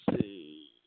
see